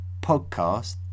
Podcast